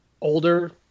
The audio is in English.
older